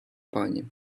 пані